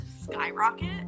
skyrocket